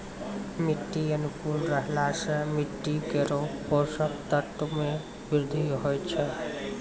मिट्टी अनुकूल रहला सँ मिट्टी केरो पोसक तत्व म वृद्धि होय छै